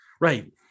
Right